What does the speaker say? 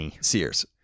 Sears